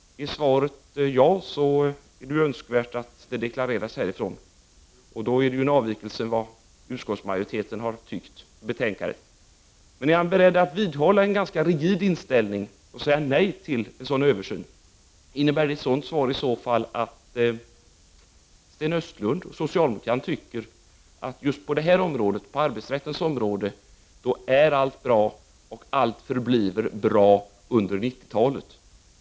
Om svaret är ja, är det önskvärt att det deklareras här, och det är i så fall en avvikelse från utskottsmajoritetens uppfattning i betänkandet. Är Sten Östlund beredd att vidhålla en ganska rigid inställning och att säga nej till en översyn? Innebär ett sådant svar att han och socialdemokratin tycker att allt är bra på arbetsrättens område och kommer att förbli bra under 1990-talet?